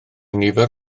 nifer